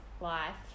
life